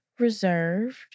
reserved